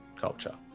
culture